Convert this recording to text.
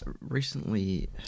recently